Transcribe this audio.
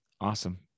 Awesome